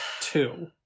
two